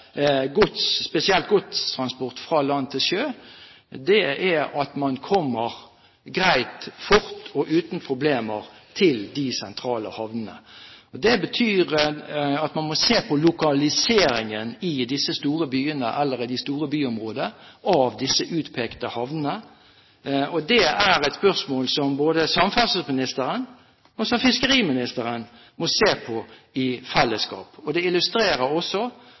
spesielt godstransport fra land til sjø er at man kommer greit, fort og uten problemer til de sentrale havnene. Det betyr at man må se på lokaliseringen av de utpekte havnene i disse store byene, og det er et spørsmål som både samferdselsministeren og fiskeriministeren må se på i fellesskap. Det illustrerer også